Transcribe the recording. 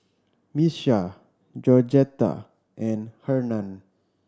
Miesha Georgetta and Hernan